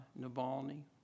Navalny